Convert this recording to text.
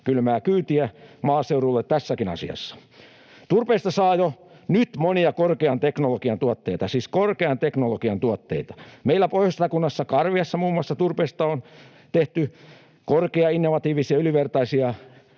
Kylmää kyytiä maaseudulle tässäkin asiassa. Turpeesta saa jo nyt monia korkean teknologian tuotteita — siis korkean teknologian tuotteita. Muun muassa meillä Pohjois-Satakunnassa Karviassa turpeesta on tehty muun muassa korkeainnovatiivisia, ylivertaisia